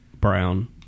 brown